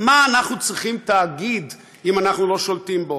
מה אנחנו צריכים תאגיד אם אנחנו לא שולטים בו?